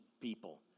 people